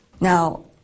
Now